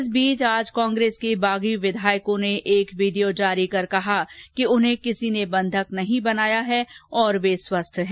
इस बीच आज कांग्रेस के बागी विधायकों ने एक वीडियो जारी कर कहा कि उन्हें किसी ने बंधक नहीं बनाया है और वे स्वस्थ हैं